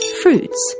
fruits